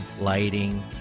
lighting